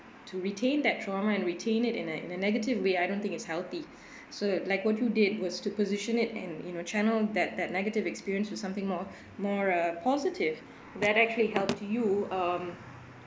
to retain that trauma and retain it in a in a negative way I don't think it's healthy so like what you did was to position it and you know channel that that negative experience with something more more uh positive that actually help to you um